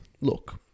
Look